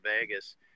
Vegas